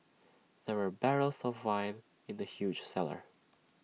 there were barrels of wine in the huge cellar